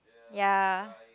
ya